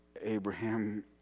Abraham